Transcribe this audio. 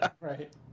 Right